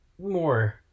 More